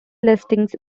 listings